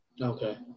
Okay